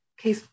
Okay